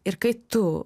ir kai tu